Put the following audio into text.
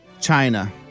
China